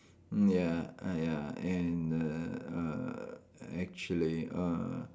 ya I uh and err uh actually err